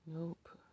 Nope